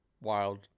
wild